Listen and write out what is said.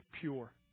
pure